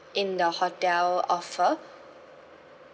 in the hotel offer